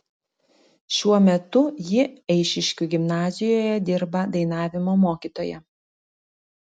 šiuo metu ji eišiškių gimnazijoje dirba dainavimo mokytoja